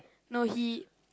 no he